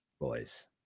Boys